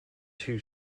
two